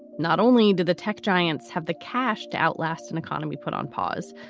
not only to the tech giants, have the cash to outlast an economy put on pause,